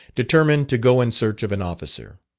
determined to go in search of an officer.